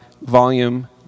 Volume